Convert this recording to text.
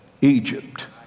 Egypt